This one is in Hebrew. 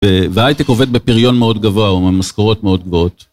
וההייטק עובד בפריון מאוד גבוה, או במשכורות מאוד גבוהות.